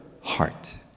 heart